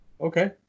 Okay